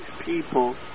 people